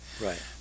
Right